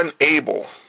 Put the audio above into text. unable